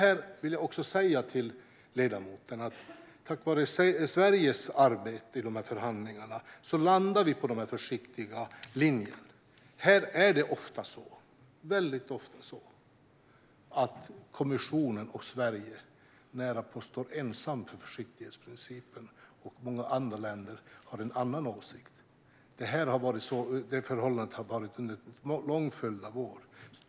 Jag vill säga till ledamoten att tack vare Sveriges arbete i förhandlingarna landade vi på den försiktiga linjen. Här är det väldigt ofta så att kommissionen och Sverige närapå står ensamma för försiktighetsprincipen och att många andra länder har en annan åsikt. Det förhållandet har varit under en lång följd av år.